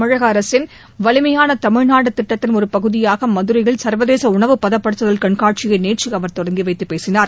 தமிழக அரசின் வலிமையான தமிழ்நாடு திட்டத்தின் ஒரு பகுதியாக மதுரையில் சர்வதேச உணவு பதப்படுத்துதல் கண்காட்சியை நேற்று அவர் தொடங்கி வைத்துப் பேசினார்